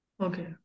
Okay